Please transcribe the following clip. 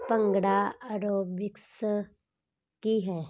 bhangra aerobics ਕੀ ਹੈ